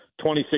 26